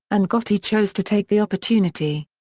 and gotti chose to take the opportunity.